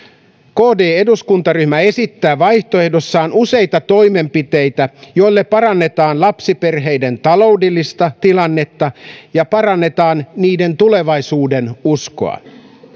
kd eduskuntaryhmä esittää vaihtoehdossaan useita toimenpiteitä joilla parannetaan lapsiperheiden taloudellista tilannetta ja parannetaan niiden tulevaisuudenuskoa